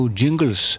jingles